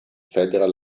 federal